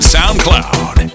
SoundCloud